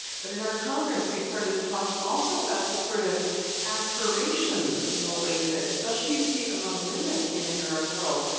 but in our conference we started talking also about the sort of aspirational you know waithood especially you see it among women in the arab world.